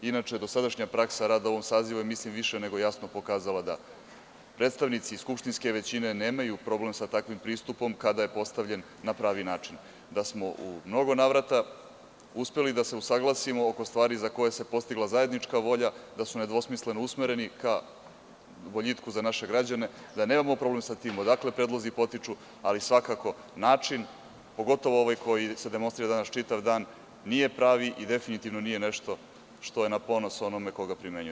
Inače, dosadašnja praksa rada u ovom sazivu je mislim i više nego jasno pokazala da predstavnici skupštinske većine nemaju problem sa takvim pristupom, kada je postavljen na pravi način, da smo u mnogo navrata uspeli da se usaglasimo oko stvari za koje se postigla zajednička volja, da smo nedvosmisleno usmereni ka boljitku za naše građane, da nemamo problem sa tim odakle predlozi potiču, ali svakako način, pogotovo ovaj koji se demonstrira danas čitav dan, nije pravi i definitivno nije nešto što je na ponos onome ko ga primenjuje.